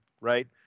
right